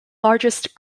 largest